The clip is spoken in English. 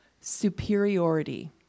superiority